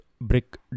brick